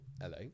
hello